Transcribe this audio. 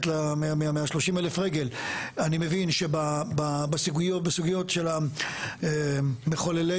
אני מבין שבסוגיות של מחוללי